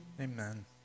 Amen